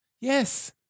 Yes